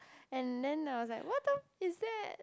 and then I was like what the is that